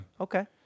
Okay